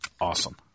Awesome